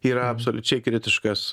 yra absoliučiai kritiškas